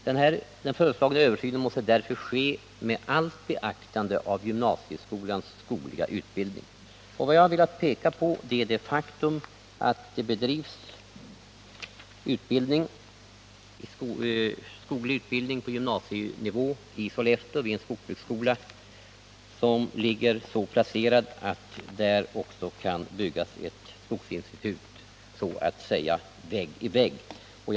Den föreslagna översynen måste därför ske med allt beaktande av gymnasieskolans skogliga utbildning.” Jag har velat peka på det faktum att det bedrivs skoglig utbildning på gymnasienivå i Sollefteå vid en skogsbruksskola som ligger så placerad att där också kan byggas ett skogsinstitut så att säga vägg i vägg med skogsbruksskolan.